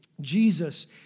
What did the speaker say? Jesus